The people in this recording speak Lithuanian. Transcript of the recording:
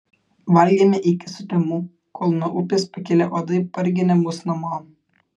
valgėme iki sutemų kol nuo upės pakilę uodai parginė mus namo